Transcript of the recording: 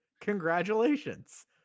congratulations